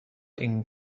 این